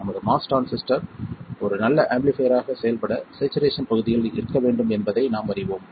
நமது MOS transistor ஒரு நல்ல ஆம்பிளிஃபைர்யாக செயல்பட ஸேச்சுரேஷன் பகுதியில் இருக்க வேண்டும் என்பதை நாம் அறிவோம்